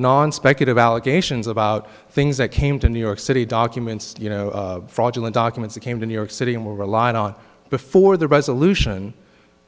non speculative allegations about things that came to new york city documents you know fraudulent documents i came to new york city and we relied on before the resolution